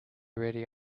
ready